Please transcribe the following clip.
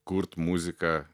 kurt muziką